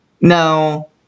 No